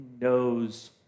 knows